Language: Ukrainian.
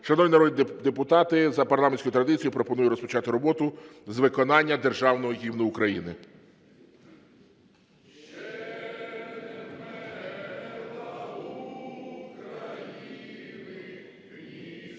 Шановні народні депутати, за парламентською традицією пропоную розпочати роботу з виконання Державного Гімну України.